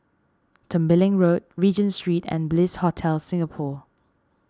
Tembeling Road Regent Street and Bliss Hotel Singapore